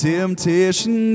Temptation